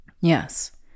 Yes